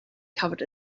covered